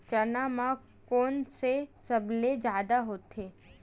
चना म कोन से सबले जादा होथे?